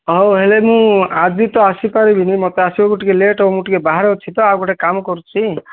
ହଉ ହେଲେ ମୁଁ ଆଜି ତ ଆସି ପାରିବିନି ମୋତେ ଆସିବାକୁ ଟିକେ ଲେଟ୍ ହେବ ମୁଁ ଟିକେ ବାହାରେ ଅଛି ତ ଆଉ ଗୋଟେ କାମ କରୁଛି